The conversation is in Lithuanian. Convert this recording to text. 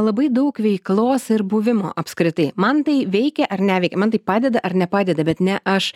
labai daug veiklos ir buvimo apskritai man tai veikia ar neveikia man tai padeda ar nepadeda bet ne aš